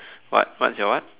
what what's your what